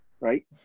right